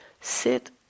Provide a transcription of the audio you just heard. sit